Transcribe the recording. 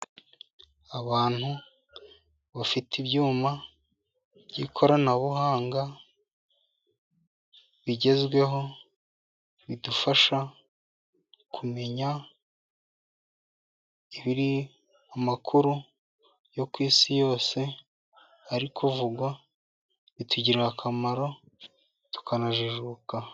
Abantu bafite ibyuma by'ikoranabuhanga, bigezweho. Bidufasha kumenya ibiri mu makuru yo ku isi yose ari kuvugwa. Bitugirira akamaro tukanajijuka.